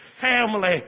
family